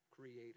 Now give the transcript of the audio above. creator